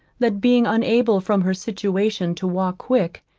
that, being unable from her situation to walk quick,